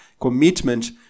commitment